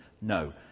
No